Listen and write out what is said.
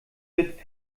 wird